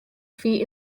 feet